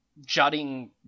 jutting